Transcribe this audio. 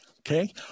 okay